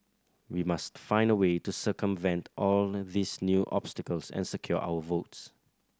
we must find a way to circumvent all these new obstacles and secure our votes